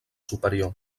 superior